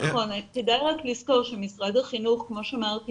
כדאי רק לזכור שמשרד החינוך כמו שאמרתי